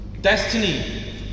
destiny